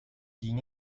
ging